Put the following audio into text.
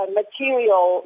material